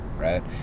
right